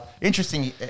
Interesting